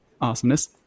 awesomeness